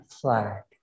flag